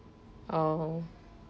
oh